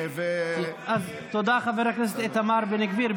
אז תודה, חבר הכנסת איתמר בן גביר.